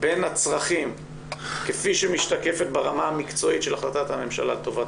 בין הצרכים כפי שמשתקפת ברמה המקצועית של החלטת הממשלה לטובת